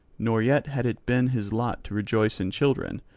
nor yet had it been his lot to rejoice in children,